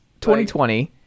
2020